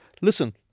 listen